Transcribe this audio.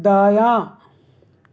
دایاں